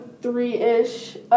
three-ish